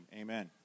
Amen